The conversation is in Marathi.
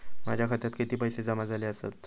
माझ्या खात्यात किती पैसे जमा झाले आसत?